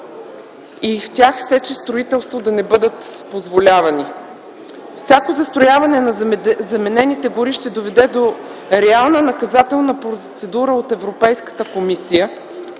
и в тях сеч и строителство няма да бъдат позволявани. Всяко застрояване на заменените гори ще доведе до реална наказателна процедура от Европейската комисия